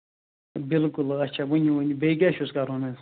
بِلکُل اَچھا ؤنِو ؤنِو بیٚیہِ کیٛاہ چھُس کَرُن حظ